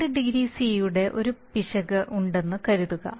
20C യുടെ ഒരു പിശക് ഉണ്ടെന്ന് കരുതുക